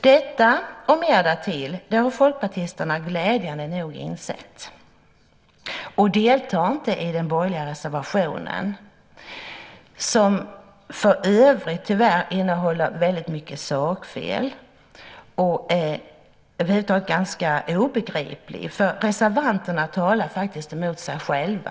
Detta och mer därtill har folkpartisterna glädjande nog insett och deltar inte i den borgerliga reservationen, som för övrigt tyvärr innehåller väldigt mycket sakfel och är ganska obegriplig. Reservanterna talar faktiskt mot sig själva.